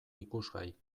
ikusgai